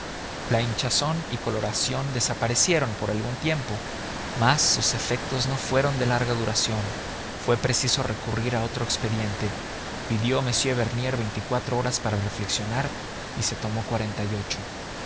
la hinchazón y la coloración desaparecieron por algún tiempo mas sus efectos no fueron de larga duración fue preciso recurrir a otro expediente pidió m bernier veinticuatro horas para reflexionar y se tomó cuarenta y ocho